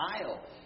aisle